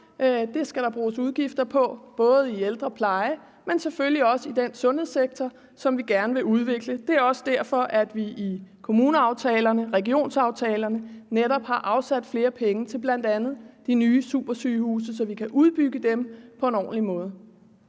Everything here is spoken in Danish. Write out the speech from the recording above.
og det giver udgifter til hjælp og pleje, men selvfølgelig også til den sundhedssektor, som vi gerne vil udvikle. Det er derfor, at vi i kommuneaftalerne og regionsaftalerne netop har afsat flere penge til bl.a. de nye supersygehuse, så de kan blive bygget på en ordentlig måde.